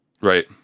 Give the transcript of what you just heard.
right